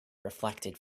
reflected